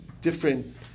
different